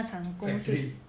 factory